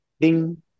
ding